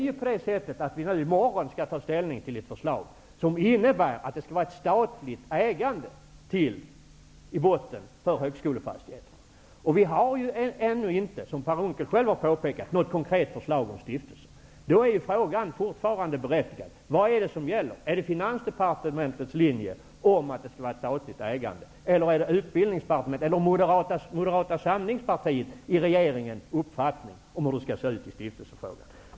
Vi skall i morgon ta ställning till ett förslag som innebär att det i botten skall vara ett statligt ägande av högskolefastigheter. Som Per Unckel själv påpekade finns det ju ännu inte något konkret förslag om stiftelse. Då är frågan fortfarande berättigad: Vad är det som gäller? Är det Finansdepartementets linje som går ut på att det skall vara ett statligt ägande som gäller? Eller är det Utbildningsdepartementets eller är det Moderata samlingspartiets i regeringen uppfattning om hur stiftelsen skall se ut som gäller?